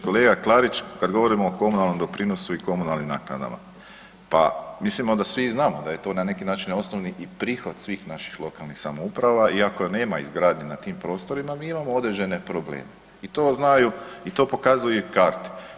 Kolega Klarić, kad govorimo o komunalnom doprinosu i komunalnim naknadama, pa mislimo da svi znamo da je to na neki način osnovni i prihod svih naših lokalnih samouprava i ako nema izgradnje na tim prostorima mi imamo određene probleme i to znaju i to pokazuju i karte.